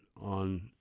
on